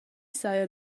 saja